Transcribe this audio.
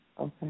Okay